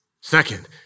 Second